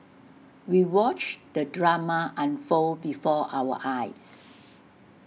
we watched the drama unfold before our eyes